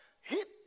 hit